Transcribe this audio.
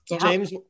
James